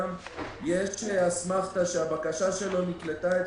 שלאדם יש אסמכתא שבקשתו נקלטה אצלנו,